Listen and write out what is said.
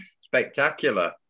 spectacular